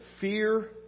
fear